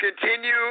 continue